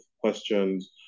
questions